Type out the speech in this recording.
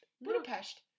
Budapest